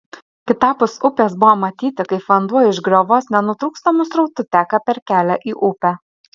kitapus upės buvo matyti kaip vanduo iš griovos nenutrūkstamu srautu teka per kelią į upę